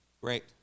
Great